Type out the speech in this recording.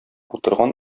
утырган